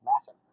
massive